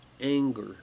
anger